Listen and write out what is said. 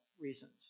reasons